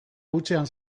hutsean